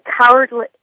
cowardly